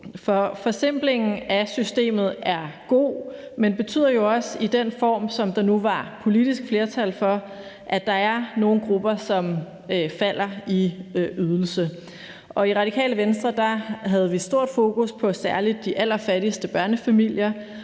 Forsimplingen af systemet er god, men betyder jo også i forhold til den form, som der nu var politisk flertal for, at der er nogle grupper, som falder i ydelse. I Radikale Venstre havde vi stort fokus på særlig de allerfattigste børnefamilier